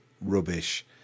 rubbish